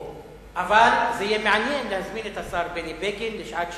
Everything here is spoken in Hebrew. אבל זה יהיה מעניין להזמין את השר בני בגין לשעת שאלות.